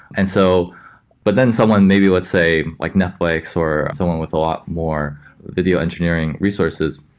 and so but then someone, maybe let's say like netflix, or someone with a lot more video engineering resources,